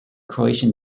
croatian